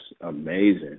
amazing